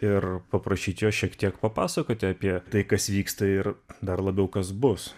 ir paprašyt jo šiek tiek papasakoti apie tai kas vyksta ir dar labiau kas bus